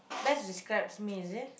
best describes me is it